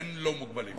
אין לא-מוגבלים.